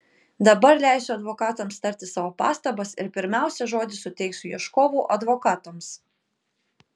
dabar leisiu advokatams tarti savo pastabas ir pirmiausia žodį suteiksiu ieškovų advokatams